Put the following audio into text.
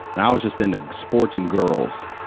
and i was just into sports and girls.